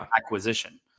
acquisition